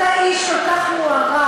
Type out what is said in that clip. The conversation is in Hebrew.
אתה איש כל כך מוערך,